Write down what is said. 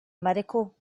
miracle